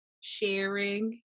sharing